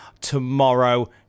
tomorrow